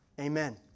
Amen